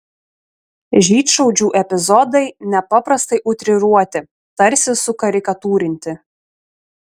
žydšaudžių epizodai nepaprastai utriruoti tarsi sukarikatūrinti